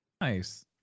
Nice